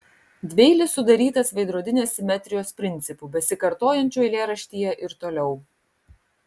dvieilis sudarytas veidrodinės simetrijos principu besikartojančiu eilėraštyje ir toliau